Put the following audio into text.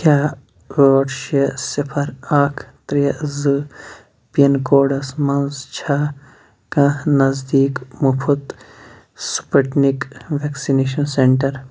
کیٛاہ ٲٹھ شےٚ صِفَر اَکھ ترٛےٚ زٕ پِن کوڈس منٛز چھا کانٛہہ نزدیٖک مُفت سٕپُٹنِک وٮ۪کسِنیشَن سٮ۪نٹَر